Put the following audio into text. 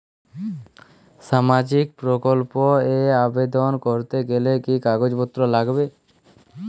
সামাজিক প্রকল্প এ আবেদন করতে গেলে কি কাগজ পত্র লাগবে?